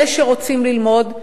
אלה שרוצים ללמוד,